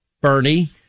Bernie